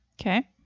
Okay